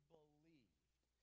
believed